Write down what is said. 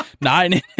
nine